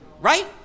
Right